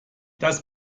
das